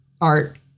art